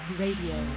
radio